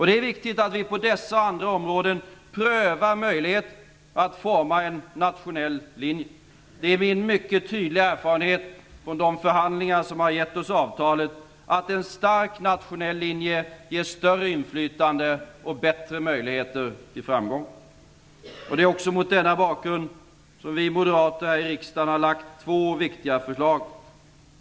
Det är viktigt att vi på dessa och andra områden prövar möjligheten att forma en nationell linje. Det är min mycket tydliga erfarenhet under de förhandlingar som har lett oss fram till avtalet att en stark nationell linje ger större inflytande och bättre möjligheter till framgång. Det är mot denna bakgrund som vi moderater i riksdagen har lagt fram två viktiga förslag.